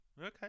Okay